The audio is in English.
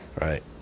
right